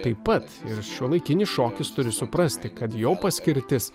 taip pat ir šiuolaikinis šokis turi suprasti kad jo paskirtis